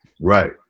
Right